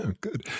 Good